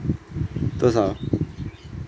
多少